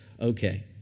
okay